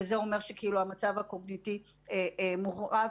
וזה אומר שכאילו המצב הקוגניטיבי מעורער,